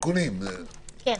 כן.